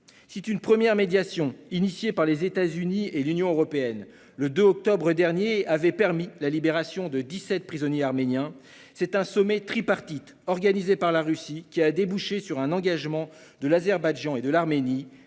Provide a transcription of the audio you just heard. Si une première médiation, entreprise par les États-Unis et l'Union européenne le 2 octobre dernier, a permis la libération de dix-sept prisonniers arméniens, c'est un sommet tripartite, organisé par la Russie, qui a débouché sur un engagement de l'Azerbaïdjan et de l'Arménie